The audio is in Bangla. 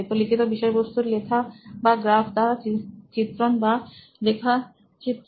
তো লিখিত বিষয়বস্তু লেখা বা গ্রাফ দ্বারা চিত্রন বা রেখাচিত্র